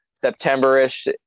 september-ish